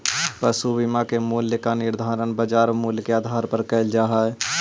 पशु बीमा के मूल्य का निर्धारण बाजार मूल्य के आधार पर करल जा हई